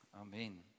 Amen